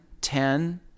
ten